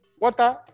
Water